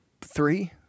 three